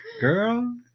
girl